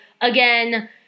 again